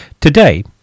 Today